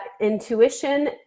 intuition